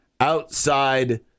outside